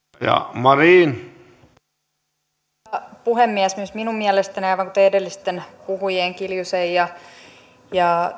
arvoisa puhemies myös minun mielestäni aivan kuten edellisten puhujien kiljusen ja ja